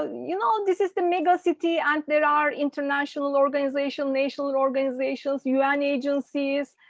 ah you know, this is the megacity and there are international organizations, national and organizations, un agencies,